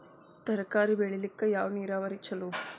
ತರಕಾರಿ ಬೆಳಿಲಿಕ್ಕ ಯಾವ ನೇರಾವರಿ ಛಲೋ?